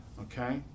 Okay